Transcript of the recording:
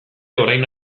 orain